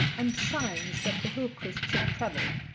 and signs that the hillcrist's have travelled,